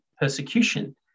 persecution